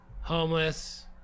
Homeless